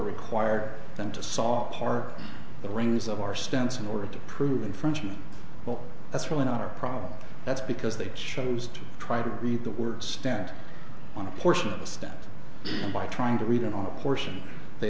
required them to saw part of the rings of our stance in order to prove infringement but that's really not our problem that's because they chose to try to read the words stand on a portion of the stand by trying to read it on a portion they